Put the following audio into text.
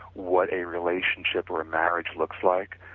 what a relationship or marriage looks like,